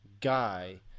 guy